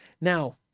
Now